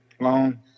long